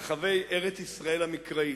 רחבי ארץ-ישראל המקראית.